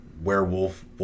werewolf